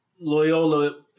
Loyola